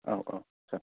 औऔ जागोन